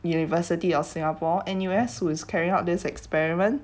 university of Singapore N_U_S who is carrying out this experiment